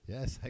Yes